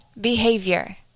behavior